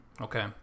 okay